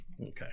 okay